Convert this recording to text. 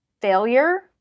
failure